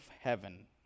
heaven